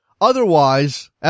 Otherwise